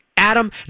Adam